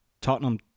Tottenham